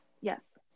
Yes